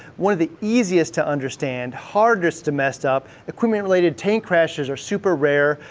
one of the easiest to understand, hardest to mess up. accumulated tank crashes are super rare,